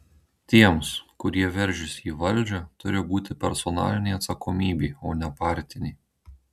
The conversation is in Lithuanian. tiems kurie veržiasi į valdžią turi būti personalinė atsakomybė o ne partinė